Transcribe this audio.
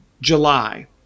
July